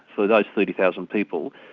for those thirty thousand people,